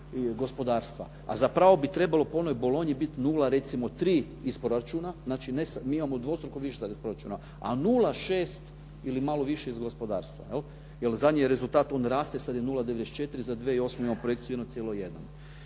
A zapravo bi trebalo po onoj bolonji biti 0 recimo 3 iz proračuna. Znači, mi imamo dvostruko više sad iz proračuna, a 0,6 ili malo više iz gospodarstva, je li. Jer zadnji rezultat on raste, sad je 0,94, za 2008. imamo projekciju 1,1.